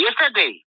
yesterday